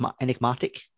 enigmatic